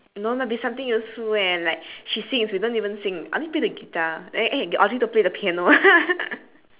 no lah be something useful eh and like she sings we don't sing I only play the guitar eh eh get audrey to play the piano